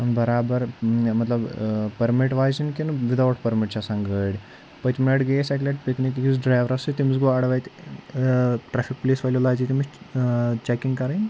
برابر مطلب پٔرمِٹ واجِن کِنہٕ وِد آوُٹ پٔرمِٹ چھِ آسان گٲڑۍ پٔتۍ مہِ لَٹہِ گٔے أسۍ اَکہِ لَٹہِ پِکنِک یُس ڈرٛیورَس سۭتۍ تٔمِس گوٚو اَڈٕ وَتہِ ٹرٛیفِک پُلیٖس والیو لاجے تٔمِس چیکِنٛگ کَرٕنۍ